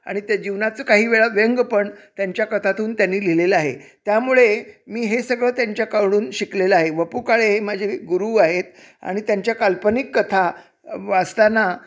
आणि त्या जीवनाचं काही वेळा व्यंग पण त्यांच्या कथांतून त्यांनी लिहिलेलं आहे त्यामुळे मी हे सगळं त्यांच्याकडून शिकलेलं आहे व पु काळे हे माझे गुरू आहेत आणि त्यांच्या काल्पनिक कथा वाचताना